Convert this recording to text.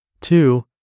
Two